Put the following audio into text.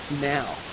now